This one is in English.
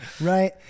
right